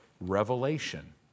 revelation